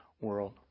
world